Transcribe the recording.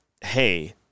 hey